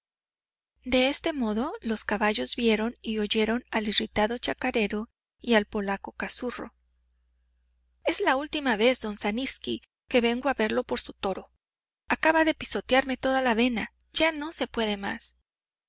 de este modo los caballos vieron y oyeron al irritado chacarero y al polaco cazurro es la última vez don zaninski que vengo a verlo por su toro acaba de pisotearme toda la avena ya no se puede más